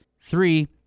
Three